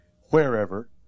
wherever